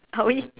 are we